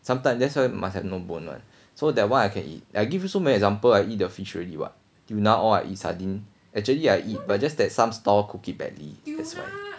sometime that's why must have no bone one so that one I can eat I give you so many example I eat the fish already what till now I eat sardine actually I eat but just that some stall cook it badly that's why